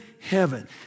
heaven